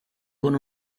con